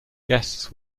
guests